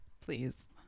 please